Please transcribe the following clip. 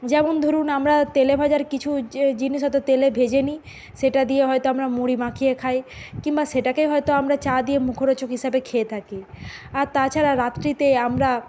যেমন ধরুন আমরা তেলেভাজার কিছু জিনিস হয়তো তেলে ভেজে নিই সেটা দিয়ে হয়তো আমরা মুড়ি মাখিয়ে খাই কিংবা সেটাকেই হয়তো আমরা চা দিয়ে মুখরোচক হিসাবে খেয়ে থাকি আর তাছাড়া রাত্রিতে আমরা